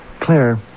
Claire